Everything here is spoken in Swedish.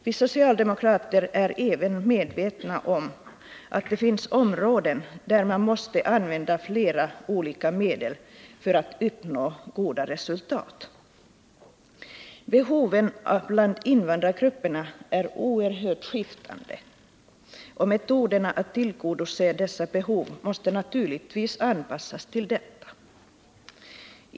Vi socialdemokrater är även medvetna om att det finns områden där man måste använda flera olika medel för att uppnå goda resultat. Behoven bland invandrargrupperna är oerhört skiftande, och metoderna att tillgodose dessa behov måste naturligtvis anpassas till detta.